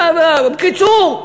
בקיצור,